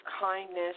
kindness